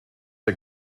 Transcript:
ein